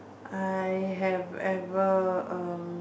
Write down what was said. I have ever um